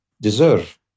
deserve